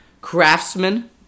craftsman